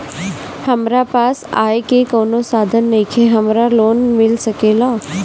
हमरा पास आय के कवनो साधन नईखे हमरा लोन मिल सकेला?